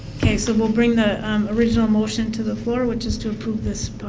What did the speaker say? okay, so, we'll bring the original motion to the floor, which is to approve this